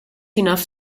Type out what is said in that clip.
enough